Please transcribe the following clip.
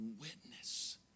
witness